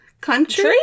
country